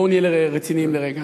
בואו נהיה רציניים לרגע.